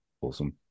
Awesome